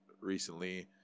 recently